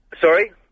Sorry